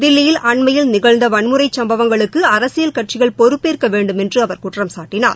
தில்லியில் அண்மையில் நிகழ்ந்த வன்முறை சம்பவங்களுக்கு அரசியல் கட்சிகள் பொறுப்பேற்க வேண்டுமென்று அவர் குற்றம்சாட்டினார்